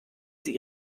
sie